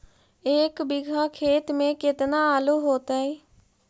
एक बिघा खेत में केतना आलू होतई?